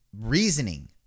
reasoning